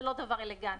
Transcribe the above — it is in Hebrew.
היא לא דבר אלגנטי.